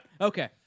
Okay